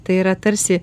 tai yra tarsi